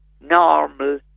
normal